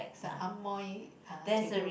the Amoy chendol